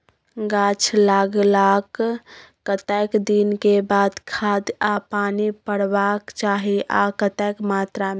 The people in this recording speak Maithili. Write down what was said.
गाछ लागलाक कतेक दिन के बाद खाद आ पानी परबाक चाही आ कतेक मात्रा मे?